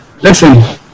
listen